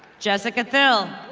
jessica thill.